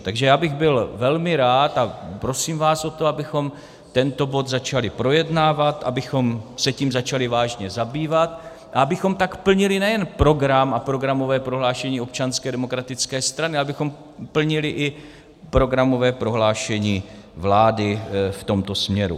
Takže já bych byl velmi rád a prosím vás o to, abychom tento bod začali projednávat, abychom se tím začali vážně zabývat a abychom tak plnili nejen program a programové prohlášení Občanské demokratické strany, ale abychom plnili i programové prohlášení vlády v tomto směru.